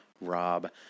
Rob